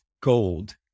gold